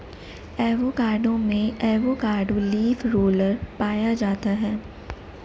avocado में avocado leaf roller पाया जाता है